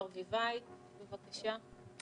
בבקשה.